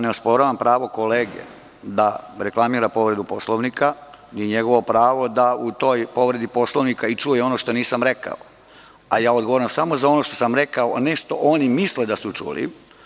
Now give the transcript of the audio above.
Ne osporavam pravo kolege da reklamira povredu Poslovnika, ni njegovo pravo da u toj povredi Poslovnika čuje ono što nisam rekao, ali ja odgovaram samo za ono što sam rekao, a ne što oni misle da su čuli.